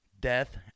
death